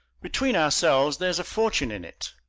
between ourselves, there's a fortune in it,